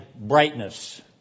brightness